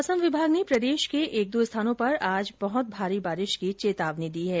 मौसम विभाग ने प्रदेश के एक दो स्थानों पर आज बहत भारी बारिश की चेतावनी दी है